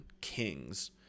King's